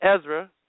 Ezra